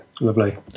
Lovely